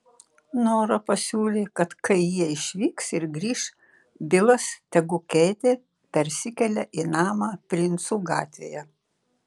nora pasiūlė kad kai jie išvyks ir grįš bilas tegu keitė persikelia į namą princų gatvėje